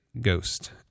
Ghost